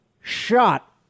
shot